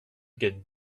gagne